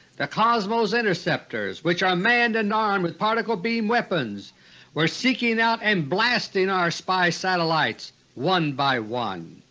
the cosmos interceptors, which are manned and armed with particle beam-weapons were seeking out and blasting our spy satellites one by one.